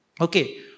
Okay